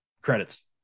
Credits